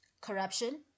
corruption